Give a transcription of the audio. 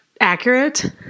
Accurate